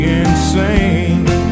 insane